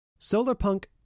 Solarpunk